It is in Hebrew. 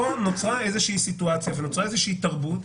כאן נוצרה איזושהי סיטואציה ונוצרה איזושהי תרבות